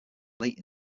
late